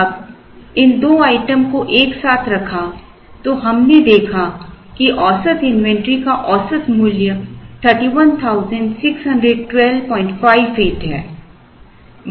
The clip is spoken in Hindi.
अब इन दो आइटम को एक साथ रखा तो हमने देखा कि औसत इन्वेंट्री का औसत मूल्य 3161258 है